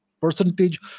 percentage